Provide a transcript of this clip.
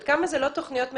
עד כמה אלה לא תוכניות מגירה,